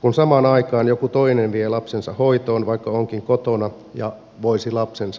kun samaan aikaan joku toinen vie lapsensa hoitoon vaikka onkin kotona ja voisi lapsensa siellä hoitaa